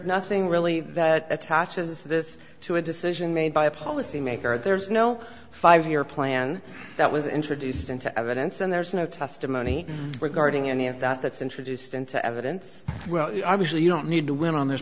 nothing really that attaches this to a decision made by a policymaker there's no five year plan that was introduced into evidence and there's no testimony regarding any of that that's introduced into evidence well obviously you don't need to win on this